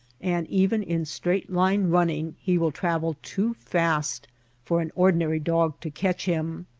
and even in straight-line running he will travel too fast for an ordinary dog to catch him.